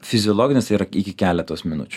fiziologinės yra iki keletos minučių